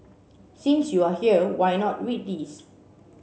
since you are here why not read this